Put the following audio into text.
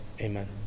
Amen